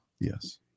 Yes